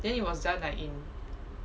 then it was done like in